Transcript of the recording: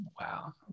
Wow